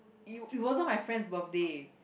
it it wasn't my friend's birthday